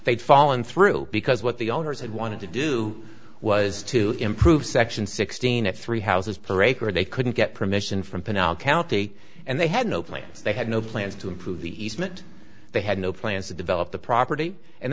they'd fallen through because what the owners had wanted to do was to improve section sixteen and three houses parade where they couldn't get permission from pinellas county and they had no plans they had no plans to improve the easement they had no plans to develop the property and